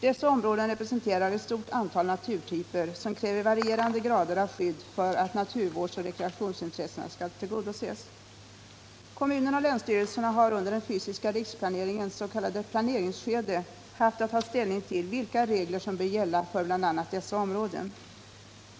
Dessa områden representerar ett stort antal naturtyper, som kräver varierande grader av skydd för att naturvårdsoch rekreationsintressena skall tillgodoses. Kommunerna och länsstyrelserna har under den fysiska riksplaneringens s.k. planeringsskede haft att ta ställning till vilka regler som bör gälla för bl.a. dessa områden.